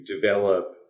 develop